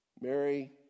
Mary